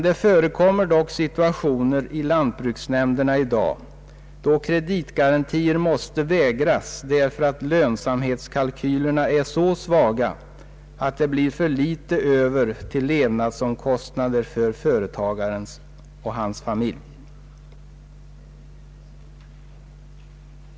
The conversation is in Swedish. Det förekommer dock situationer i lantbruksnämnderna i dag då kreditgarantier måste vägras därför att lönsamhetskalkylerna är så svaga att det blir för litet över till levnadsomkostnader för företagaren och hans familj.